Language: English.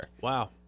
wow